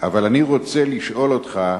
אבל אני רוצה לשאול אותך: